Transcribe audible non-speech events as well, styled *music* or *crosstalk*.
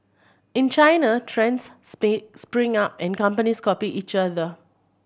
in China trends *unintelligible* spring up and companies copy each other